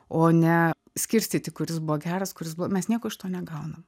o ne skirstyti kuris buvo geras kuris buvo mes nieko iš to negaunam